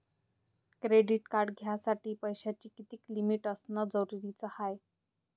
Credit card घ्यासाठी पैशाची कितीक लिमिट असनं जरुरीच हाय?